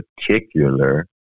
particular